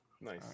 Nice